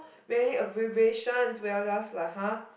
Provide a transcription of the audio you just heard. many abbreviations where I was just like !huh!